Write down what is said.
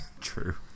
true